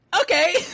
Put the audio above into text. okay